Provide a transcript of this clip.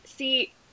See